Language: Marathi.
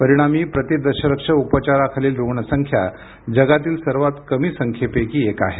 परिणामी प्रती दशलक्ष उपचाराखालील रुग्णसंख्या जगातील सर्वात कमी संख्येपैकी एक आहे